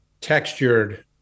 textured